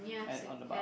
at on the bar